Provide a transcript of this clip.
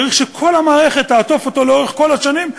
צריך שכל המערכת תעטוף אותו לאורך כל השנים,